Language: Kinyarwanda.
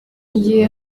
ngiye